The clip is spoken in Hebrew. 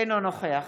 אינו נוכח